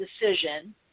decision